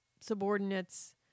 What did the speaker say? subordinates